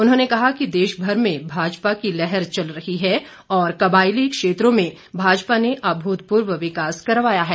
उन्होंने कहा कि देश भर में भाजपा की लहर चल रही है और कबायली क्षेत्रों में भाजपा ने अभूतपूर्व विकास करवाया है